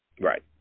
Right